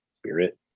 spirit